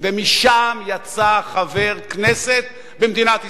ומשם יצא חבר כנסת במדינת ישראל.